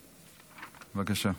בבקשה.